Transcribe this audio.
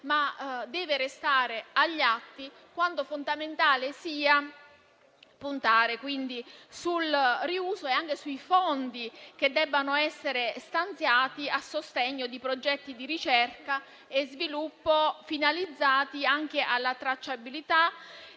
Deve restare agli atti quanto fondamentale sia puntare sul riuso e anche sui fondi che devono essere stanziati a sostegno di progetti di ricerca e sviluppo, finalizzati anche alla tracciabilità